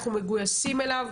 אנחנו מאוד מגויסים אליו.